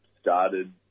started